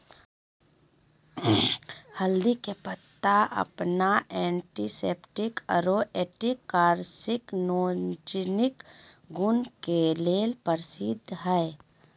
हल्दी के पत्ता अपन एंटीसेप्टिक आरो एंटी कार्सिनोजेनिक गुण के लेल प्रसिद्ध हई